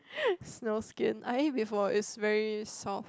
snow skin I eat before it's very soft